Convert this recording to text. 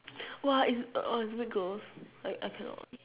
!wah! it's ugh it's a bit gross I I cannot